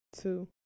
two